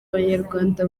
abanyarwanda